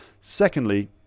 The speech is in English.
Secondly